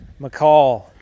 McCall